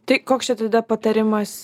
tai koks čia tada patarimas